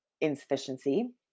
insufficiency